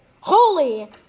Holy